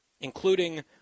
including